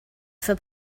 for